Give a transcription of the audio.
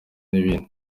n’ibindi